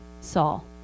Saul